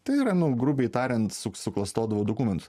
tai yra nu grubiai tariant su suklastodavo dokumentus